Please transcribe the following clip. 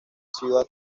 ciudad